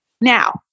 Now